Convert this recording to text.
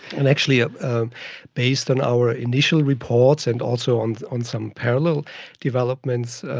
and actually ah um based on our initial reports and also on on some parallel developments,